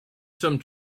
some